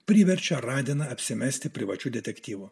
priverčia ragina apsimesti privačiu detektyvu